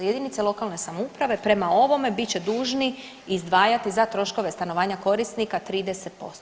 Jedinice lokalne samouprave prema ovome bit će dužni izdvajati za troškove stanovanja korisnika 30%